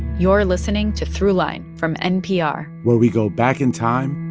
you're listening to throughline from npr. where we go back in time.